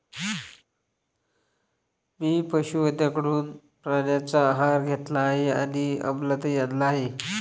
मी पशुवैद्यकाकडून प्राण्यांचा आहार घेतला आहे आणि अमलातही आणला आहे